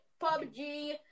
PUBG